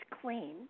clean